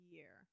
Year